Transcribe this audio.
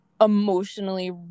Emotionally